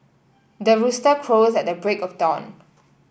the rooster crows at the break of dawn